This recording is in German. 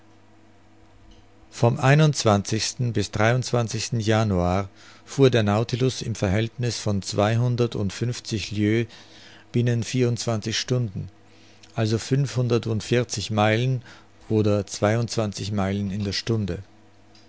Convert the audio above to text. vom bis januar fuhr der nautilus im verhältniß von zweihundertundfünfzig lieues binnen vierundzwanzig stunden also fünfhundertundvierzig meilen oder zweiundzwanzig meilen in der stunde